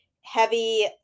heavy